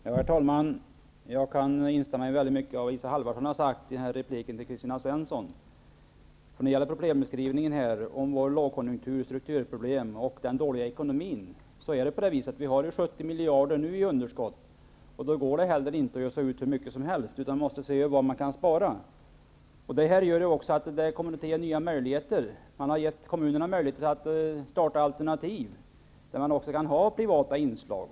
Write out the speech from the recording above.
Herr talman! Jag kan instämma i mycket av det som Isa Halvarsson har sagt i repliken till Kristina Svensson. Vad gäller problembeskrivningen av vår lågkonjunktur, våra strukturproblem och vår dåliga ekonomi vill jag peka på att vi nu har 70 miljarder i budgetunderskott. Då går det inte att ösa ut hur mycket som helst, utan man måste se efter vad man kan spara in på. Detta leder till förslag om en del nya möjligheter. Kommunerna har fått möjligheter att starta alternativ med privata inslag.